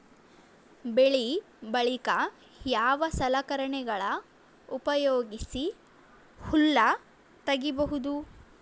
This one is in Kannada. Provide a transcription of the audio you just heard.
ಬೆಳಿ ಬಳಿಕ ಯಾವ ಸಲಕರಣೆಗಳ ಉಪಯೋಗಿಸಿ ಹುಲ್ಲ ತಗಿಬಹುದು?